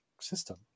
system